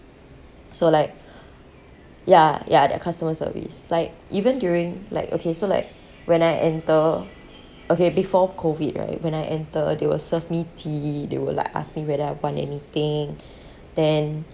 so like ya ya their customer service like even during like okay so like when I enter okay before COVID right when I enter they will serve me tea they will like ask whether I want anything then